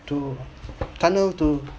to tunnel to